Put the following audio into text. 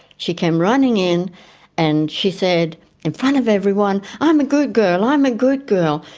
she came running in and she said in front of everyone, i'm a good girl, i'm a good girl,